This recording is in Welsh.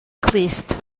clust